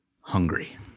hungry